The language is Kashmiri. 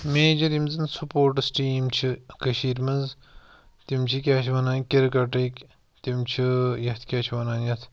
میجَر یِم زَنہٕ سپوٹٕس ٹیٖم چھِ کٔشیٖرِ منٛز تِم چھِ کیٛاہ چھِ وَنان کِرکَٹٕکۍ تِم چھِ یَتھ کیٛاہ چھِ وَنان یَتھ